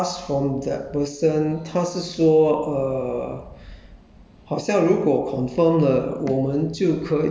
uhh from what I asked from the person 他是说 err